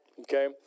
okay